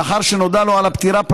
לאחר שנודע לו על הפטירה,